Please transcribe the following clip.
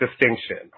distinction